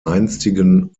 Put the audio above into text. einstigen